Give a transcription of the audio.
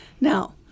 Now